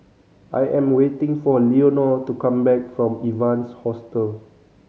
I am waiting for Leonor to come back from Evans Hostel